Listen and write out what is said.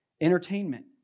entertainment